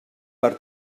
per